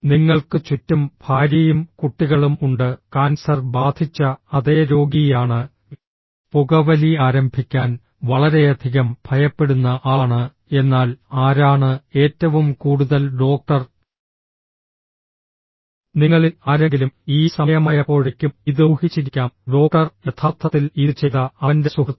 നിങ്ങൾക്ക് ചുറ്റും ഭാര്യയും കുട്ടികളും ഉണ്ട് കാൻസർ ബാധിച്ച അതേ രോഗിയാണ് പുകവലി ആരംഭിക്കാൻ വളരെയധികം ഭയപ്പെടുന്ന ആളാണ് എന്നാൽ ആരാണ് ഏറ്റവും കൂടുതൽ ഡോക്ടർ നിങ്ങളിൽ ആരെങ്കിലും ഈ സമയമായപ്പോഴേക്കും ഇത് ഊഹിച്ചിരിക്കാം ഡോക്ടർ യഥാർത്ഥത്തിൽ ഇത് ചെയ്ത അവന്റെ സുഹൃത്താണ്